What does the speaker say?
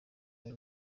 wari